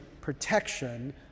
protection